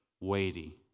weighty